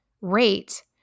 rate